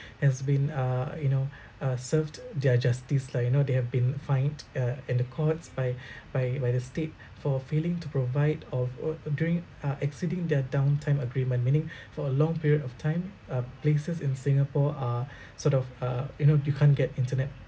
has been uh you know uh served their justice lah you know they have been fined uh in the courts by by by the state for failing to provide of uh uh during uh exceeding their downtime agreement meaning for a long period of time uh places in singapore are sort of uh you know you can't get internet